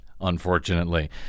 unfortunately